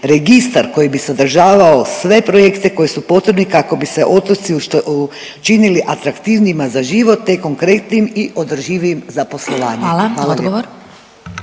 registar koji bi sadržavao sve projekte koji su potrebni kako bi se otoci činili atraktivnijima za život te konkretnim i održivijim za poslovanje? Hvala lijepo.